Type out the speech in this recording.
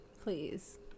please